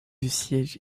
siège